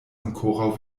ankoraŭ